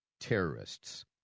terrorists